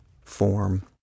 form